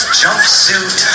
jumpsuit